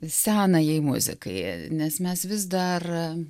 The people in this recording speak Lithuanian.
senajai muzikai nes mes vis dar